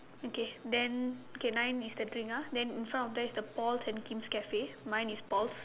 okay then K nine is the drink ah then in front of that is the Paul's and King's Cafe mine is Paul's